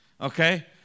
Okay